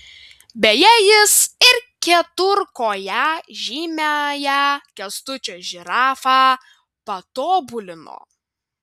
beje jis ir keturkoję žymiąją kęstučio žirafą patobulino